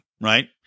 right